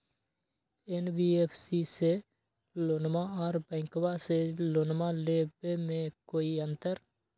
NBFC से लोनमा आर बैंकबा से लोनमा ले बे में कोइ अंतर?